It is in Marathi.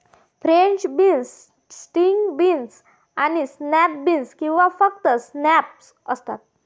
फ्रेंच बीन्स, स्ट्रिंग बीन्स आणि स्नॅप बीन्स किंवा फक्त स्नॅप्स असतात